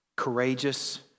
courageous